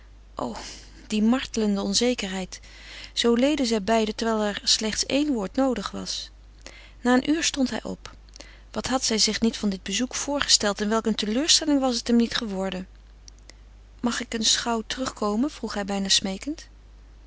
o die martelende onzekerheid zoo leden zij beiden terwijl er slechts één woord noodig was na een uur stond hij op wat had hij zich niet van dit bezoek voorgesteld en welk een teleurstelling was het hem niet geworden mag ik eens gauw terugkomen vroeg hij bijna smeekend